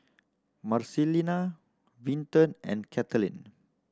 Marcelina Vinton and Cathleen